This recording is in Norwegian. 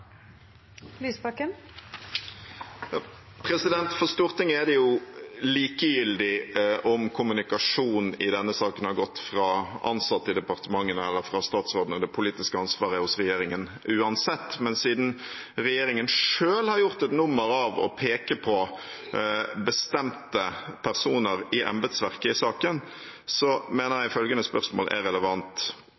For Stortinget er det jo likegyldig om kommunikasjonen i denne saken har gått fra ansatte i departementene eller fra statsråden, for det politiske ansvaret er hos regjeringen uansett. Men siden regjeringen selv har gjort et nummer av å peke på bestemte personer i embetsverket i saken, mener jeg